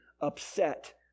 upset